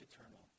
eternal